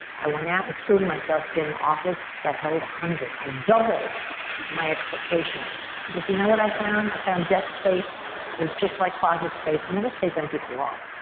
i went out and killed myself to get an office that held one hundred. i doubled my expectation because you know what i found? i found desk space was just like closet space. it never stays empty for long.